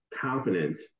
confidence